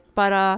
para